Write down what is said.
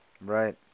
Right